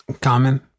Common